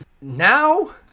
Now